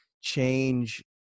change